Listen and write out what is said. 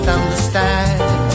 understand